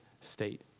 state